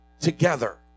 together